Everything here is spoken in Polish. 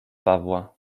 pawła